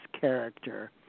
character